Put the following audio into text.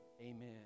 amen